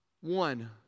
one